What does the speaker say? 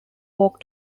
walk